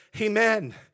Amen